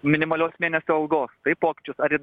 minimalios mėnesio algos taip pokyčius ar į